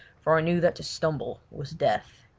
for i knew that to stumble was death.